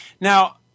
Now